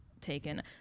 Taken